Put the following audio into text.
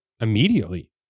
immediately